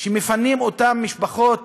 שמפנים את אותן משפחות